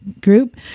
group